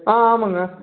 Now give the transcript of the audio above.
ஆ ஆமாம்ங்க